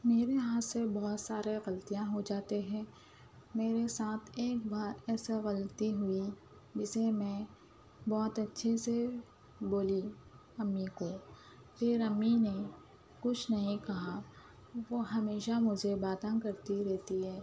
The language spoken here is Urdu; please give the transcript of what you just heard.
میرے ہاتھ سے بہت سارے غلطیاں ہو جاتے ہیں میرے ساتھ ایک بار ایسا غلطی ہوئی جسے میں بہت اچھی سے بولی امی کو پھر امی نے کچھ نہیں کہا وہ ہمیشہ مجھے باتاں کرتی رہتی ہے